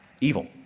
Evil